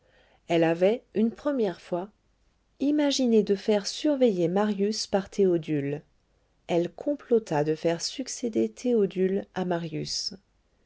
elle avait une première fois imaginé de faire surveiller marius par théodule elle complota de faire succéder théodule à marius